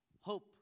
hope